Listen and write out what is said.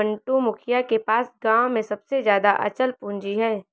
मंटू, मुखिया के पास गांव में सबसे ज्यादा अचल पूंजी है